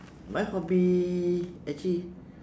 my hobby actually